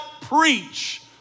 preach